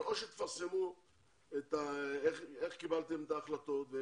או שתפרסמו איך קיבלתם את ההחלטות כי